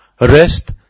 Rest